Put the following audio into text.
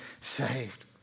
saved